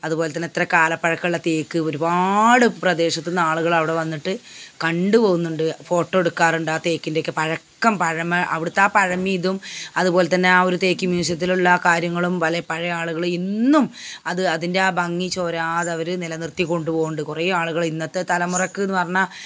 അതുപോലെ തന്നെ ഇത്രകാലപ്പഴക്കമുള്ള തേക്ക് ഒരുപാട് പ്രദേശത്തു നിന്നാളുകൾ അവിടെ വന്നിട്ട് കണ്ടു പോകുന്നുണ്ട് ഫോട്ടോ എടുക്കാറുണ്ട് ആ തേക്കിൻ്റെയൊക്കെ പഴക്കം പഴമ അവിടുത്തെ ആ പഴമീതും അതു പോലെ തന്നെ ആ ഒരു തേക്കിൻ മ്യൂസിയത്തിലുള്ള കാര്യങ്ങളും പഴയ ആളുകളും ഇന്നും അത് അതിന്റെ ആ ഭംഗി ചോരാതവർ നിലനിർത്തിക്കൊണ്ടോണ്ട് കുറേ ആളുകൾ ഇന്നത്തെ തലമുറക്കെന്നു പറഞ്ഞാൽ